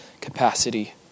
capacity